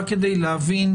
רק כדי להבין,